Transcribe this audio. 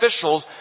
officials